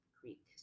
greek